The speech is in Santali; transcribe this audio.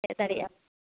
ᱦᱮᱜ ᱫᱟᱲᱮᱼᱟᱢ